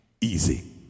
easy